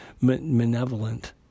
malevolent